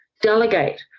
delegate